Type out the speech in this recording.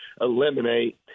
eliminate